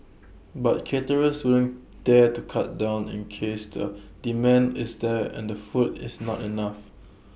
but caterers wouldn't dare to cut down in case the demand is there and food is not enough